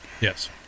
Yes